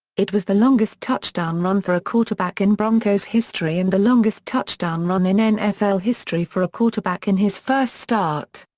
it was the longest touchdown run for a quarterback in broncos history and the longest touchdown run in nfl history for a quarterback in his first start.